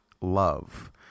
love